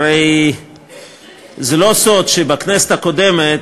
הרי זה לא סוד שבכנסת הקודמת,